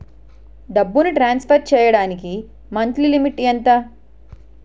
డబ్బును ట్రాన్సఫర్ చేయడానికి monthly limit ఎంత?